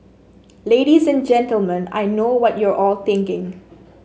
ladies and Gentlemen I know what you're all thinking